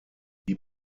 die